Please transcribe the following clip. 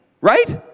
Right